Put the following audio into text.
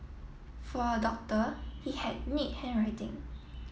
for a doctor he had neat handwriting